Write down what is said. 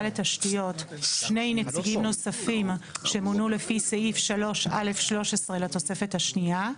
לתשתיות שני נציגים נוספים שמונו לפי סעיף 3(א)(13) לתוספת השנייה,